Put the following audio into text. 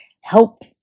help